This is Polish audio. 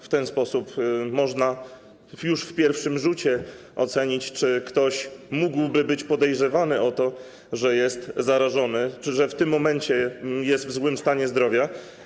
W ten sposób można już w pierwszym rzucie ocenić, czy ktoś może być podejrzewany o to, że jest zarażony lub w tym momencie jest w złym stanie zdrowia.